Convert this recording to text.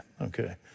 okay